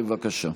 בבקשה.